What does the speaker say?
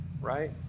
right